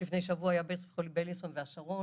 לפני שבוע היה בבית חולים בלינסון והשרון,